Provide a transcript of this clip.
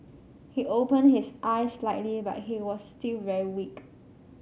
he opened his eyes slightly but he was still very weak